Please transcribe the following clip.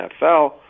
NFL